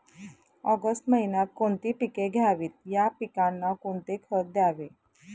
August महिन्यात कोणती पिके घ्यावीत? या पिकांना कोणते खत द्यावे?